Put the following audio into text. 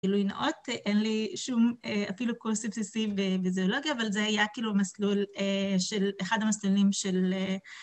גילוי נאות, אין לי שום אפילו קורס בסיסי בזואולוגיה, אבל זה היה כאילו מסלול של, אחד המסלולים של...